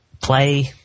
play